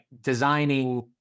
designing